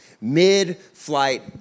Mid-Flight